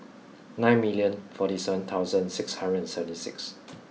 nine million forty seven thousand six hundred and seventy six